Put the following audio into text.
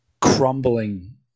crumbling